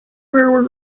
were